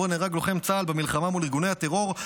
שבו נהרג לוחם צה"ל במלחמה מול ארגוני הטרור,